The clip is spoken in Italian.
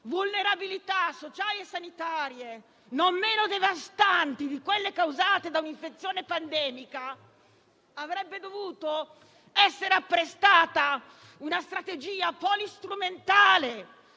vulnerabilità sociali e sanitarie non meno devastanti di quelle causate da un'infezione pandemica, avrebbe dovuto essere apprestata una strategia polistrumentale,